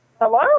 Hello